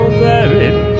therein